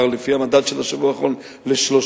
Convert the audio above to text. לפי המדד של השבוע האחרון ל-3,000,